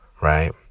right